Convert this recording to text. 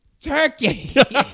turkey